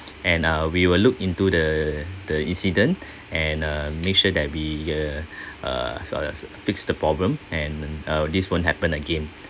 and uh we will look into the the incident and uh make sure that we uh uh uh fix the problem and uh this won't happen again